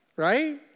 right